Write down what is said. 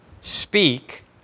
speak